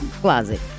closet